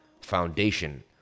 Foundation